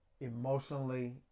emotionally